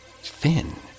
Finn